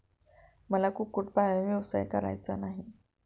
मला कुक्कुटपालन व्यवसाय करायचा नाही